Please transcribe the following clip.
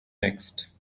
next